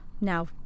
Now